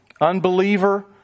Unbeliever